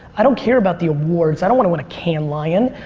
i don't care about the awards. i don't want to win a cannes lion.